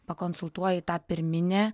pakonsultuoji tą pirminę